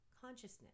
consciousness